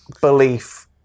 belief